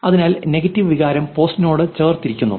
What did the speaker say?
അതിനാൽ നെഗറ്റീവ് വികാരം പോസ്റ്റിനോട് ചേർത്തിരിക്കുന്നു